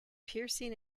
piercing